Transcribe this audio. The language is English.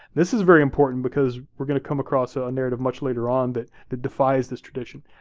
this is very important because we're gonna come across ah a narrative much later on that that defies this tradition,